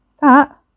That